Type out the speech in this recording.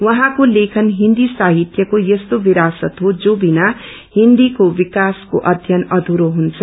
उझैँको लेखन हिन्दी साहित्यको यस्तो विरासत हो जो बिना हिन्दीको विकासको अध्ययन अधूरो हुन्छ